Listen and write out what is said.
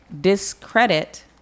discredit